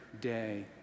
day